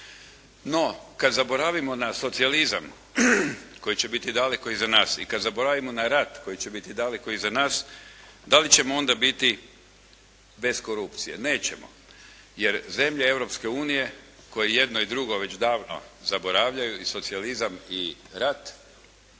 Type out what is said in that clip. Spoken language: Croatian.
No, kad zaboravimo na socijalizam koji će biti daleko iza nas i kad zaboravimo na rat koji će biti daleko iza nas da li ćemo onda biti bez korupcije? Nećemo, jer zemlje Europske unije koje jedno i drugo već davno zaboravljaju i socijalizam i rat